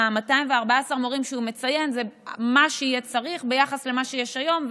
214,000 המורים שהוא מציין זה מה שיהיה צריך ביחס למה שיש היום,